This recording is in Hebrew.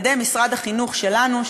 על ידי משרד החינוך שלנו,